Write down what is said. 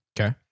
Okay